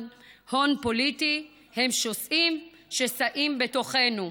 הון פוליטי הם שוסעים שסעים בתוכנו.